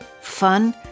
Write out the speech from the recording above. fun